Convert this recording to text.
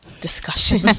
discussion